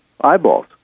Eyeballs